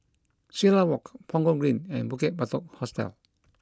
Silat Walk Punggol Green and Bukit Batok Hostel